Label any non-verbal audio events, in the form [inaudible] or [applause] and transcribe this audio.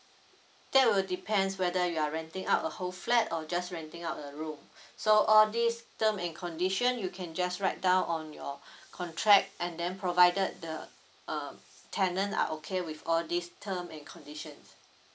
that will depends whether you are renting out a whole flat or just renting out a room [breath] so all these term in conditions you can just write down on your [breath] contract and then provided the uh tenant are okay with all these term and condition